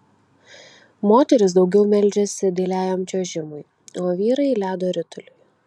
moterys daugiau meldžiasi dailiajam čiuožimui o vyrai ledo rituliui